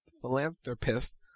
philanthropist